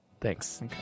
Thanks